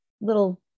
little